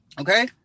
okay